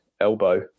elbow